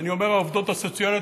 אני אומר: העובדות הסוציאליות,